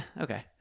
okay